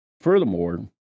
Furthermore